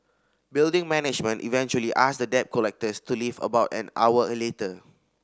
building management eventually asked the debt collectors to leave about an hour later